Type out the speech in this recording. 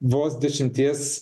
vos dešimties